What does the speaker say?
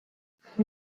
haben